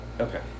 Okay